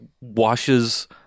washes